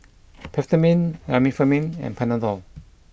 Peptamen Remifemin and Panadol